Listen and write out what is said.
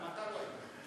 גם אתה לא היית.